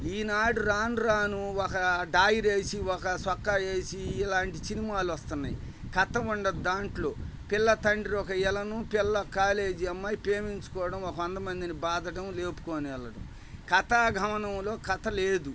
ఈనాడు రాను రాను ఒక డ్రాయర్ వేసి ఒక చొక్కా వేసి ఇలాంటి సినిమాలు వస్తున్నాయి కథ ఉండదు దాంట్లో పిల్ల తండ్రి ఒక విలను పిల్ల ఒక కాలేజీ అమ్మాయి ప్రేమించుకోవడం ఒక వంద మందిని బాధడం లేపుకొని వెల్లడం కథ గమనంలో కథ లేదు